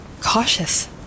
cautious